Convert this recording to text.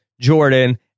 Jordan